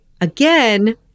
Again